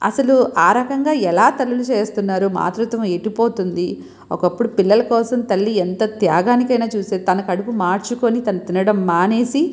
అసలు ఆ రకంగా ఎలా తల్లులు చేస్తున్నారో మాతృత్వం ఎటు పోతుంది ఒకప్పుడు పిల్లల కోసం తల్లి ఎంత త్యాగానికైనా చూసేది తన కడుపు మాడ్చుకొని తను తినడం మానేసి